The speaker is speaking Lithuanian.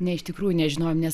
ne iš tikrųjų nežinojom nes